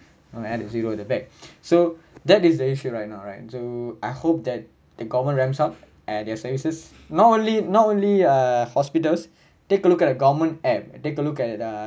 and added zero at the back so that is the issue right now right so I hope that the government ramps up at their services not only not only uh hospitals take a look at the government app take a look at uh